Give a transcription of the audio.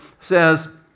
says